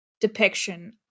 depiction